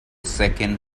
second